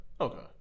okay